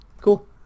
Cool